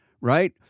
right